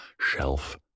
shelf